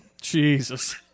Jesus